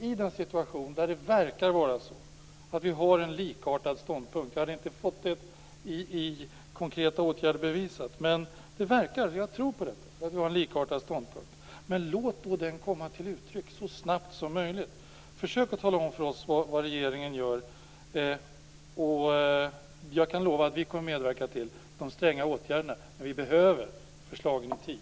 I en situation där det verkar vara så att vi har en likartad ståndpunkt - jag har inte fått det i konkreta åtgärder bevisat, men jag tror att det är så - borde man låta den komma till uttryck så snabbt som möjligt. Försök att tala om för oss vad regeringen gör! Då kan jag lova att vi kommer att medverka till de stränga åtgärderna. Men vi behöver få del av förslagen i tid.